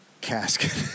casket